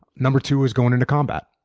number two is going into combat.